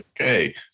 Okay